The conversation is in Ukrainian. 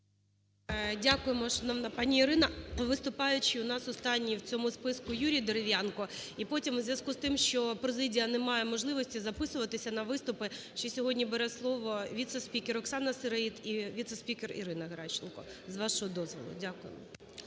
Дякуємо, шановна пані Ірина. Виступаючий у нас останній в цьому списку Юрій Дерев'янко. І потім у зв'язку з тим, що президія не має можливості записуватися на виступи, ще сьогодні бере слово віце-спікер Оксана Сироїд і віце-спікер Ірина Геращенко, з вашого дозволу. Дякую.